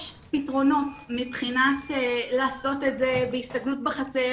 יש פתרונות מבחינת לעשות את זה בהסתגלות בחצר,